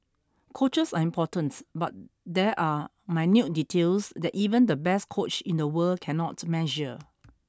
coaches are important but there are minute details that even the best coach in the world cannot measure